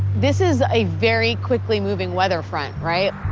this is a very quickly moving weather front. right.